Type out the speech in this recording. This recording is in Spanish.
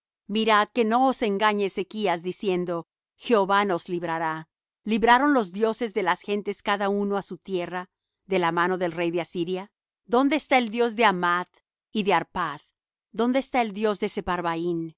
viñas mirad no os engañe ezechas diciendo jehová nos librará libraron los dioses de las gentes cada uno á su tierra de la mano del rey de asiria dónde está el dios de hamath y de arphad dónde está el dios de